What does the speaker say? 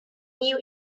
new